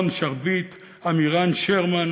אלון שרביט, עמירן שרמן,